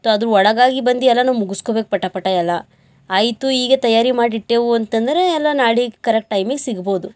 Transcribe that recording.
ಅದ್ರ ಒಳಗಾಗಿ ಬಂದು ಎಲ್ಲ ಮುಗಿಸ್ಕೊಬೇಕ್ ಪಟಪಟ ಎಲ್ಲಾ ಆಯಿತು ಈಗೆ ತಯಾರಿ ಮಾಡಿಟ್ಟೆವು ಅಂತಂದರೇ ಎಲ್ಲ ನಾಳೆಗ್ ಕರೆಕ್ಟ್ ಟೈಮಿಗೆ ಸಿಗ್ಬೋದು